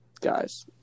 Guys